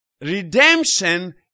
Redemption